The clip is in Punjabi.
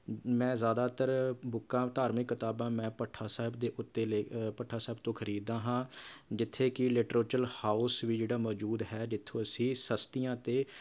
ਮੈਂ ਜ਼ਿਆਦਾਤਰ ਬੁੱਕਾਂ ਧਾਰਮਿਕ ਕਿਤਾਬਾਂ ਮੈਂ ਭੱਠਾ ਸਾਹਿਬ ਦੇ ਉੱਤੇ ਲੇ ਭੱਠਾ ਸਾਹਿਬ ਤੋਂ ਖਰੀਦਦਾ ਹਾਂ ਜਿੱਥੇ ਕਿ ਲਿਟਰੇਚਰ ਹਾਊਂਸ ਵੀ ਜਿਹੜਾ ਮੌਜੂਦ ਹੈ ਜਿੱਥੋਂ ਅਸੀਂ ਸਸਤੀਆਂ ਅਤੇ